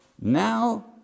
now